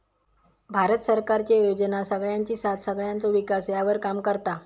भारत सरकारचे योजना सगळ्यांची साथ सगळ्यांचो विकास ह्यावर काम करता